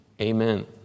amen